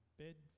bed